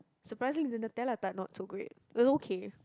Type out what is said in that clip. surprisingly the Nutella tart was not so great it was okay